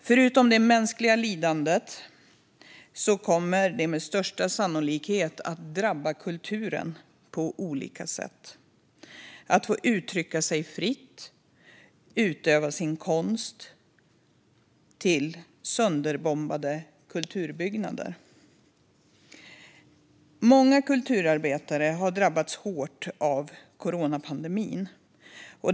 Förutom det mänskliga lidandet kommer detta med största sannolikhet att drabba kulturen på olika sätt - från att man får uttrycka sig fritt och utöva sin konst till sönderbombade kulturbyggnader. Många kulturarbetare har drabbats hårt av coronapandemin.